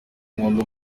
nkunda